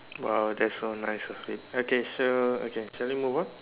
!wow! that's so nice of him okay so okay shall we move on